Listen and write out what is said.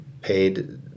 paid